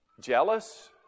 jealous